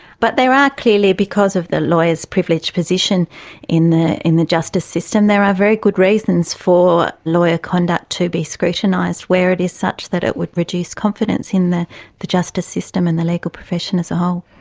but there are clearly, because of the lawyers' privileged position in the in the justice system, there are very good reasons for lawyer conduct to be scrutinised where it is such that it would reduce confidence in the the justice system and the legal profession as a whole.